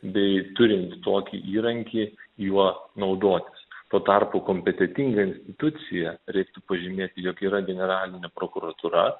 bei turint tokį įrankį juo naudotis tuo tarpu kompetentinga institucija reiktų pažymėti jog yra generalinė prokuratūra